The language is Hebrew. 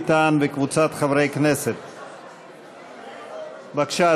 חברי הכנסת, בעד החוק, 56,